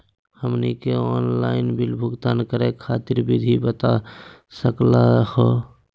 हमनी के online bill भुगतान करे खातीर विधि बता सकलघ हो?